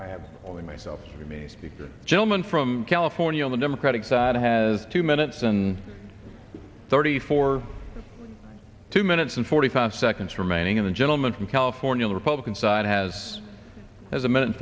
i have only myself to me the gentleman from california on the democratic side has two minutes and thirty four two minutes and forty five seconds remaining in the gentleman from california the republican side has as a minute